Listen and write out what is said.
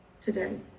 today